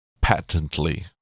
patently